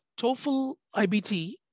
TOEFL-IBT